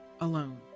alone